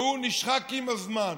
שנשחק עם הזמן.